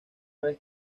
vez